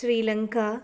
Sri Lanka